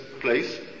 place